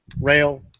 rail